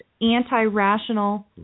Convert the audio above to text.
anti-rational